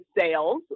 sales